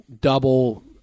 double